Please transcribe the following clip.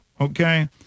okay